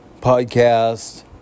podcast